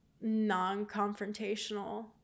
non-confrontational